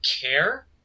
care